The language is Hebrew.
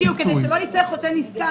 בדיוק, כדי שלא ייצא החוטא נשכר.